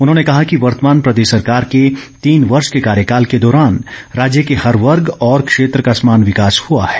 उन्होंने कहा कि वर्तमान प्रदेश सरकार के तीन वर्ष के कार्यकाल के दौरान राज्य के हर वर्ग और क्षेत्र का समान विकास हुआ है